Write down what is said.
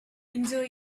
enjoy